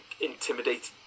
intimidated